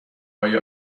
های